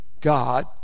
God